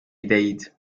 ideid